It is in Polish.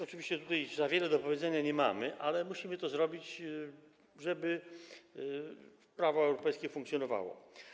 Oczywiście tutaj za wiele do powiedzenia nie mamy, ale musimy to zrobić, żeby prawo europejskie funkcjonowało.